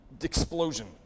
explosion